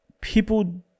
people